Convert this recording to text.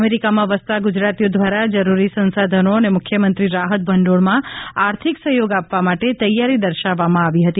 અમેરિકામાં વસતા ગુજરાતીઓ દ્વારા જરૂરી સંસાધનો અને મુખ્યમંત્રી રાહત ભંડીળમાં આર્થિક સહયોગ આપવા માટે તૈયારી દર્શાવવામાં આવી હતી